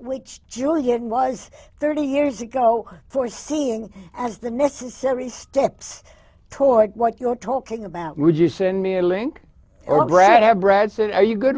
which julian was thirty years ago for seeing as the necessary steps toward what you're talking about would you send me a link or brad brad said are you good